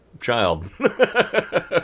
child